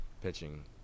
pitching